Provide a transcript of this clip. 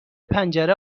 پنجره